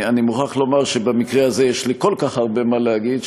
אני מוכרח לומר שבמקרה הזה יש לי כל כך הרבה מה להגיד,